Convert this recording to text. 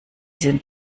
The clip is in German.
sind